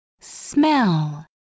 Smell